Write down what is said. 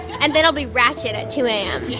and then it'll be ratchet at two a m yeah